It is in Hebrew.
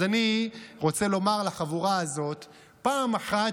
אז אני רוצה לומר לחבורה הזאת פעם אחת,